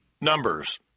Numbers